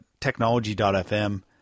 technology.fm